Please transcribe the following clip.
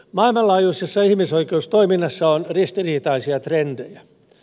maailmanlaajuisessa ihmisoikeustoiminnassa on ristiriitaisia trendejä